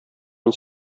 мин